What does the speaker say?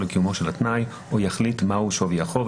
לקיומו של התנאי או יחליט מהו שווי החוב,